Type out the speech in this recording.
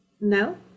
No